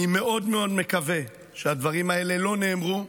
אני מקווה מאוד מאוד שהדברים האלה לא נאמרו.